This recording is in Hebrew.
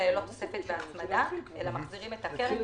זה לא תוספת והצמדה אלא מחזירים את הקרן,